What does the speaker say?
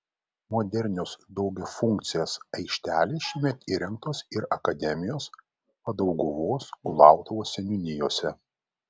modernios daugiafunkcės aikštelės šiemet įrengtos ir akademijos padauguvos kulautuvos seniūnijose